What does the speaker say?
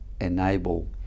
enable